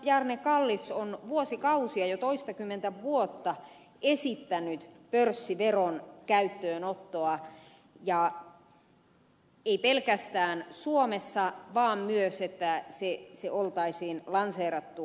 bjarne kallis on vuosikausia jo toistakymmentä vuotta esittänyt pörssiveron käyttöönottoa ja ei pelkästään suomessa vaan myös niin että se olisi lanseerattu laajemmin